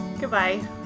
goodbye